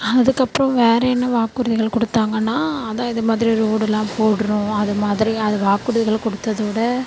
அதுக்கப்புறம் வேறு என்ன வாக்குறுதிகள் கொடுத்தாங்கன்னா அதான் இதுமாதிரி ரோடுலாம் போடுறோம் அதுமாதிரி அது வாக்குறுதிகள் கொடுத்ததோட